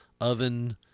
oven